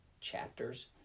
chapters